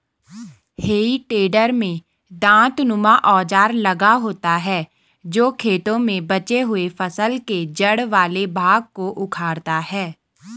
हेइ टेडर में दाँतनुमा औजार लगा होता है जो खेतों में बचे हुए फसल के जड़ वाले भाग को उखाड़ता है